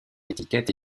étiquette